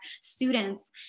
students